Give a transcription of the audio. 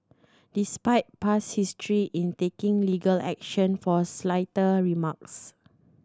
despite past history in taking legal action for slighter remarks